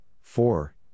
four